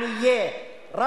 אני צריך להיות הגון.